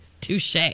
Touche